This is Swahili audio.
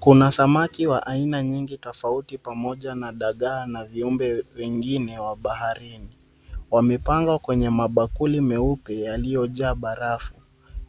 Kuna samaki wa aina nyingi tofauti pamoja na dagaa na viumbe vingine wa baharini. Wamepangwa kwenye mabakuli meupe yaliyojaa barafu.